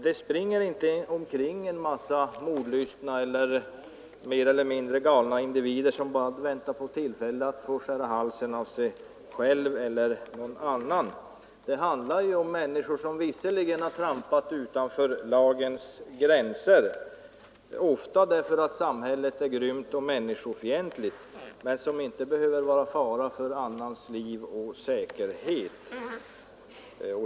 Det springer inte omkring en massa mordlystna, mer eller mindre galna individer som bara väntar på tillfälle att få skära halsen av sig själva eller andra. Det handlar om människor som visserligen har trampat utanför lagens gränser, ofta därför att samhället är grymt och människofientligt, men som inte behöver utgöra någon fara för annans liv och säkerhet.